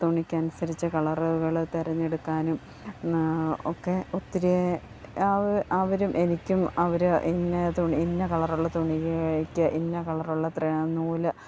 തുണിക്കനുസരിച്ച് കളറുകൾ തിരഞ്ഞെടുക്കാനും ഒക്കെ ഒത്തിരി അവരും എനിക്കും അവർ ഇന്ന തുണി ഇന്ന കളറുള്ള തുണി ഇഴക്ക് ഇന്ന കളറുള്ള എത്ര നൂല്